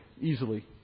easily